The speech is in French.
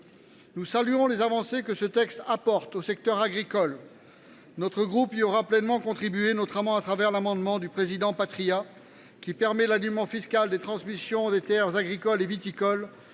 Nous saluons les avancées que ce texte apporte au secteur agricole. Le groupe RDPI y aura pleinement contribué, notamment au travers de l’amendement du président Patriat visant à aligner le régime fiscal des transmissions des terres agricoles et viticoles